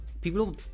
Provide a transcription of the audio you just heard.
People